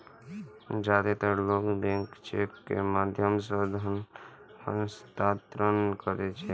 जादेतर लोग bank cheque के माध्यम सं धन हस्तांतरण करै छै